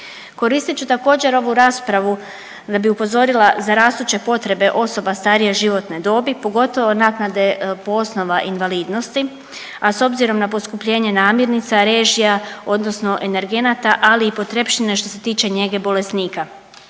Koristit ću također ovu raspravu da bi upozorila za rastuće potrebe osoba starije životne dobi, pogotovo naknade po osnova invalidnosti, a s obzirom na poskupljenje namirnica, režija odnosno energenata, ali i potrepštine što se tiče njege bolesnika.